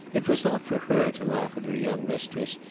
it was not for her to laugh at her young mistress,